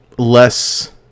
less